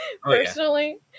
personally